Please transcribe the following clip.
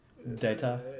Data